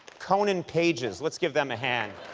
conan pages. let's give them a hand.